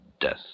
death